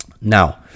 now